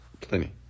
plenty